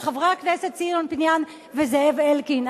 של חברי הכנסת ציון פיניאן וזאב אלקין.